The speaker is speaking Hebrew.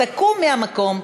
תקום מהמקום,